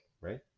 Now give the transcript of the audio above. right